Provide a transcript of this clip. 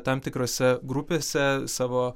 tam tikrose grupėse savo